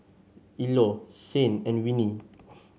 Ilo Shane and Winnie